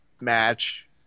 match